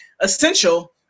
essential